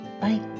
Bye